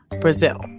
Brazil